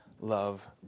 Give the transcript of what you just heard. love